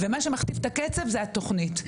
ומה שמכתיב את הקצב זה התוכנית,